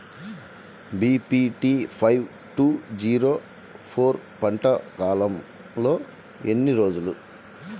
BPT five two zero four పంట కాలంలో ఎన్ని రోజులు?